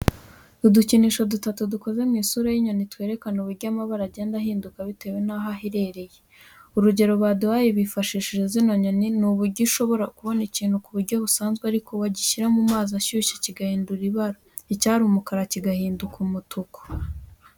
Udukinisho dutatu dukoze mu isura y'inyoni, twerakana uburyo amabara agenda ahinduka bitewe naho aherereye. Urugero baduhaye bifashishije zino nyoni, ni uburyo ushobora kubona ikintu ku buryo busanzwe ariko wagishyira mu mazi ashyushye kigahindura ibara icyari umukara kigahinduka umutuku.